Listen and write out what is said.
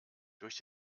durch